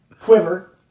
quiver